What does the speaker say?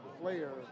player